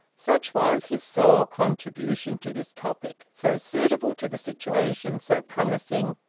such was his sole contribution to this topic, so suitable to the situation, so promising,